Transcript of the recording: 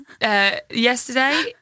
Yesterday